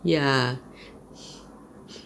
ya